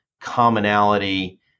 commonality